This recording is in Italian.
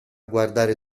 guardare